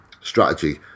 strategy